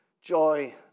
joy